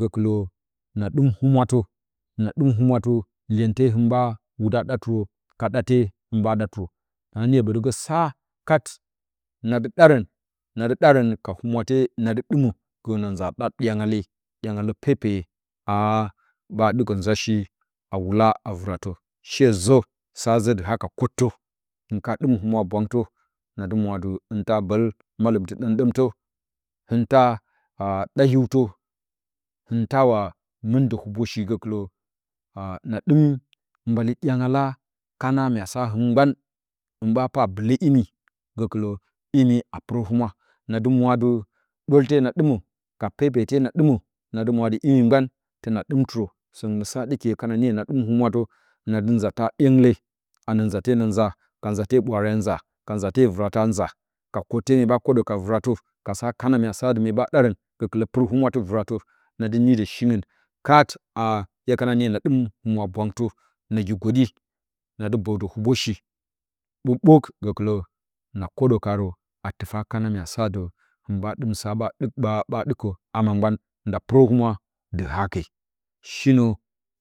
Gakɨla na ɗɨm humwa tə, ha ɗɨm humwa tə iyente hɨn ɓaa wudəa ɗatirə ka ɗate hɨn ɓaa ɗatɨrə, nadɨ niyo ɓə dɨgə sa kat naa ɗarən dɨ ɗarə naa dɨ ɗarə ka humwate nadiɨ ɗɨmə, gə na nza a ɗa ɗyangale, ɗyangalə pepeye a ha ɓaa ɗɨkə nza shi a wula a vɨrə shezə sa zə dɨ haka kwottə hɨ kana ɗɨm humwwa bwangtə nadɨ mwa a dɨ hɨn ta bəl malɨtɨ ɗəmɗəmtə, hɨn ta a ɗa hiwtə, hɨnta wa mɨn də huboshi gəkɨlə ana dɨm mbalee ɗya ngala kana mya so hɨ gban hɨn ɓaa pira bɨlə imi, gəkɨlə imi a pɨra humwa, nadɨ mwa dɨ, ɗwolte na dɨm ka pepete na ɗɨma, nadɨ mwa adɨ imi gban təna ɗɨm tɨrə, səngɨn nə sa ɗɨki hɨn kana ɗɨm hummatə, nadɨ nza ta ɗyengle, nə nzate, na nza ka nzate ɓwaare, a nza, ka nzate vɨrə a nza, ka kwote mye ɓaa kwoɗə ka vɨratə ka sa kana mya sa mye ɓaa ɗaarə, gakin lə pɨr humwa tɨ vɨratə, nadɨ niɗə shingɨn kat a, hye kana niyo na ɗɨm humwa bwangtə nagi gwoɗɨ, nadɨ bədə hubosh ɓuk-ɓuk, gəkɨlə, na kəɗə kaarə a tɨfa kana mya sa aɨ hɨn ɓaa ɗɨm sa baa ndɨ baa ɗɨkə hama gban nda pɨrə humwa dɨ hake shinə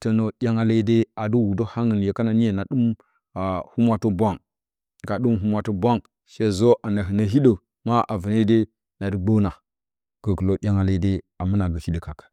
tənə ɗyanga le de adɨ wudə hangɨn, hye kana niyo na ɗɨm humwatə bwaang, hɨn ka ɗɨm humwata bwaang, shezə nada hɨnə hiɗə, a vɨne de nadɨ gbəna na gəkɨlə ɗyangalede a muɗə a gə hiɗə kal kal.